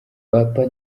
papa